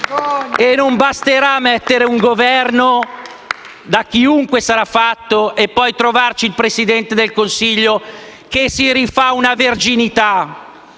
fiducia), mettere un Governo, da chiunque sarà costituito, per poi trovarci il Presidente del Consiglio che si rifà una verginità,